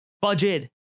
Budget